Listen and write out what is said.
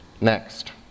Next